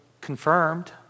confirmed